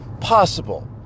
possible